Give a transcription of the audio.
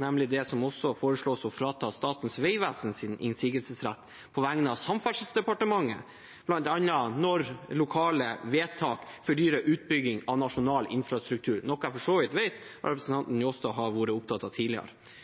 nemlig det som også foreslås – å frata Statens vegvesen innsigelsesrett på vegne av Samferdselsdepartementet, bl.a. når lokale vedtak fordyrer utbygging av nasjonal infrastruktur, noe jeg for så vidt vet at representanten Njåstad har vært opptatt av tidligere.